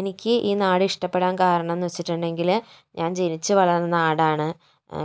എനിക്ക് ഈ നാട് ഇഷ്ടപ്പെടാൻ കാരണം എന്നു വച്ചിട്ടുണ്ടെങ്കിൽ ഞാൻ ജനിച്ചു വളർന്ന നാടാണ്